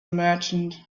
merchant